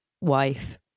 wife